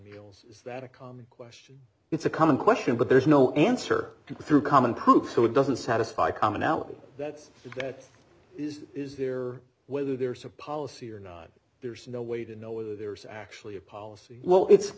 meals is that a common question it's a common question but there's no answer through common proved so it doesn't satisfy commonality that's that is is there whether there's a policy or not there's no way to know whether there's actually a policy well it's